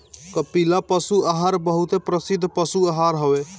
कपिला पशु आहार बहुते प्रसिद्ध पशु आहार हवे